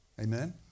Amen